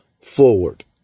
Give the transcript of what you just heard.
forward